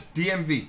dmv